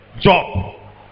job